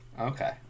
okay